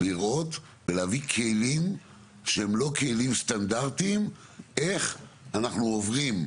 לראות ולהביא כלים שהם לא כלים סטנדרטיים איך אנחנו עוברים,